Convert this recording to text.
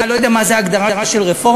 לא יודע מה זה ההגדרה של רפורמים,